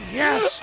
yes